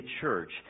church